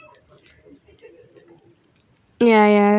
ya ya